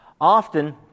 often